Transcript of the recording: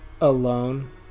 alone